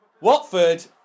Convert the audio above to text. Watford